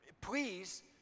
please